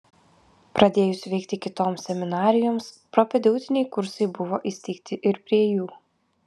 pradėjus veikti kitoms seminarijoms propedeutiniai kursai buvo įsteigti ir prie jų